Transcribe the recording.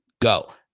go